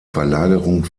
verlagerung